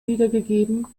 wiedergegeben